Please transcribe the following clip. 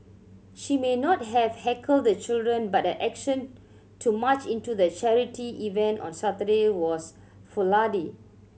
she may not have heckled the children but her action to march into the charity event on Saturday was foolhardy